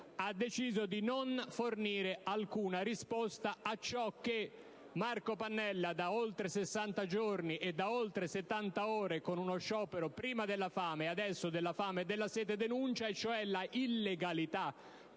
ha deciso di non fornire alcuna risposta a ciò che Marco Pannella denuncia da oltre 60 giorni (e da oltre 70 ore con uno sciopero prima dalla fame e adesso della fame e della sete) cioè l'illegalità